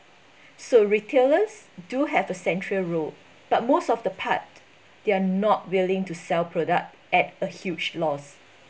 so retailers do have a central role but most of the part they're not willing to sell product at a huge loss